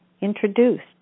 introduced